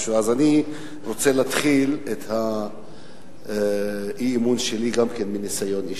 אני רוצה להתחיל את נאום האי-אמון שלי גם בניסיון אישי.